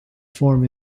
form